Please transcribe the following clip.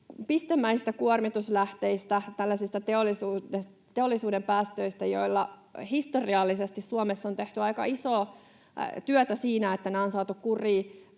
pistemäisistä kuormituslähteistä, tällaisista teollisuuden päästöistä, joilla historiallisesti Suomessa on tehty aika isoa työtä siinä, että nämä on saatu kuriin.